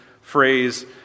phrase